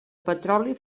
petroli